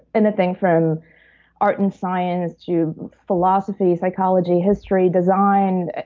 anything from art and science to philosophy, psychology, history, design,